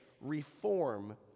reform